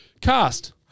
Cast